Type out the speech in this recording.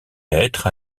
être